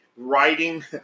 writing